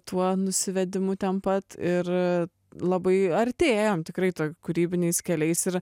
tuo nusivedimu ten pat ir labai artėjam tikrai toj kūrybiniais keliais ir